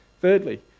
Thirdly